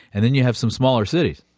and then you have some smaller cities?